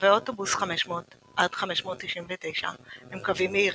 קווי האוטובוס 500–599 הם קווים מהירים,